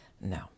No